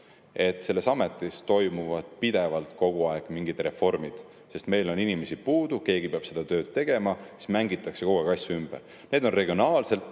et selles ametis toimuvad pidevalt kogu aeg mingid reformid, sest inimesi on puudu, aga keegi peab seda tööd tegema ja siis mängitakse kogu aeg asju ümber. Need regionaalselt